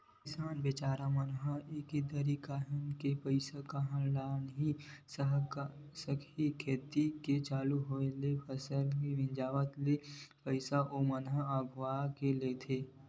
किसान बिचारा मन ह एके दरी काहेच कन पइसा कहाँ ले लाने सकही खेती के चालू होय ले फसल के मिंजावत ले पइसा ओमन ल अघुवाके लगथे